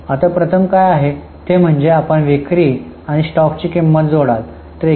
आता प्रथम काय आहे ते म्हणजे आपण विक्री आणि स्टॉकची किंमत जोडाल